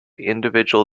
individual